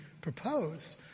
proposed